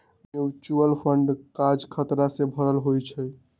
mutual fund काज़ खतरा से भरल होइ छइ